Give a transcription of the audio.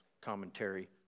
commentary